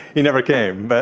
he never came but